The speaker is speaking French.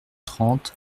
trente